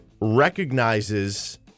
recognizes